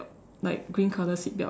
like green color seatbelt